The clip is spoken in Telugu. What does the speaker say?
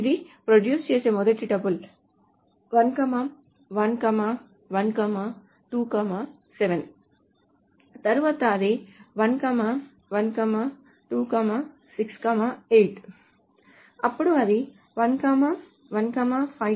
ఇది ప్రొడ్యూస్ చేసే మొదటి టుపుల్ 1 1 1 2 7 తరువాత అది 1 1 2 6 8 అప్పుడు అది 1 1 5 7 9